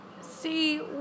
See